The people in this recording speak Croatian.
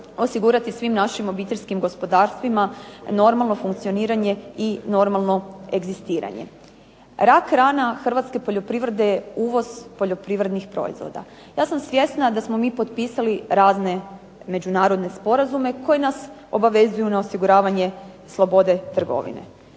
osigurati svim naših obiteljskih gospodarstvima normalno funkcioniranje i normalno egzistiranje. Rak rana hrvatske poljoprivrede je uvoz poljoprivrednih proizvoda. Ja sam svjesna da smo mi potpisali razne međunarodne sporazume koji nas obavezuju na osiguravanje slobode trgovine.